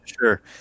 sure